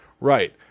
right